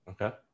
Okay